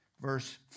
Verse